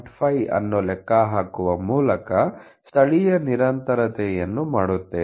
5 ಅನ್ನು ಹಾಕುವ ಮೂಲಕ ಸ್ಥಳೀಯ ನಿರಂತರತೆಯನ್ನು ಮಾಡುತ್ತೇವೆ